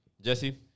Jesse